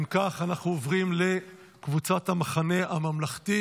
אם כך, אנחנו עוברים לקבוצת המחנה הממלכתי.